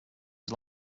was